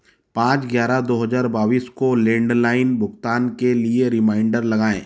पाँच ग्यारह दो हज़ार बाईस को लैंडलाइन भुगतान के लिए रिमाइंडर लगाएँ